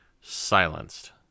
silenced